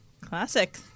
Classic